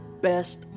best